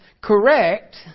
correct